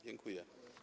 Dziękuję.